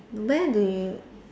where do you